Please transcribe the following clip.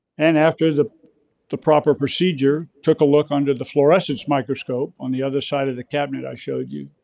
and after the the proper procedure took a look under the fluorescence microscope on the other side of the cabinet i showed you,